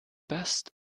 best